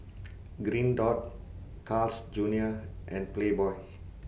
Green Dot Carl's Junior and Playboy